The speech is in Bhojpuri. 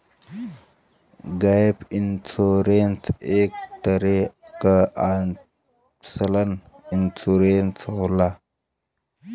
गैप इंश्योरेंस एक तरे क ऑप्शनल इंश्योरेंस होला